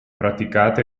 praticate